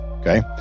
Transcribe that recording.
okay